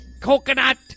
coconut